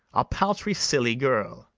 a paltry silly girl.